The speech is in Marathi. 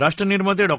राष्ट्रनिर्माते डॉ